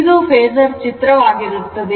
ಇದು ಫೇಸರ್ ಚಿತ್ರವಾಗಿರುತ್ತದೆ